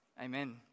Amen